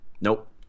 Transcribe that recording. Nope